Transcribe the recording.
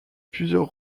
plusieurs